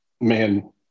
man